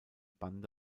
bande